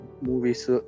movies